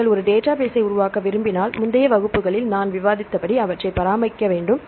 நீங்கள் ஒரு டேட்டாபேஸ்ஸை உருவாக்க விரும்பினால் முந்தைய வகுப்புகளில் நான் விவாதித்தபடி அவற்றை பராமரிக்க வேண்டும்